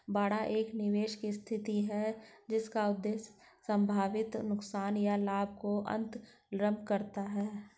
बाड़ा एक निवेश की स्थिति है जिसका उद्देश्य संभावित नुकसान या लाभ को अन्तर्लम्ब करना है